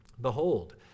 Behold